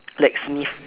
like sniff